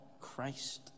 Christ